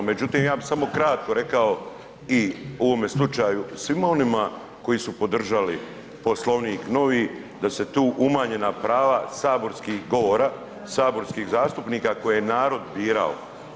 Međutim ja bih samo kratko rekao i u ovome slučaju svima onima koji su podržali Poslovnik novi da su tu umanjena prava saborskih govora, saborskih zastupnika koje je narod birao.